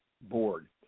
board